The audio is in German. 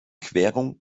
querung